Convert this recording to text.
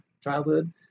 childhood